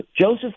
Joseph